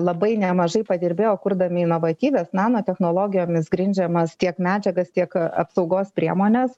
labai nemažai padirbėjo kurdami inovatyvias nanotechnologijomis grindžiamas tiek medžiagas tiek apsaugos priemones